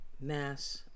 mass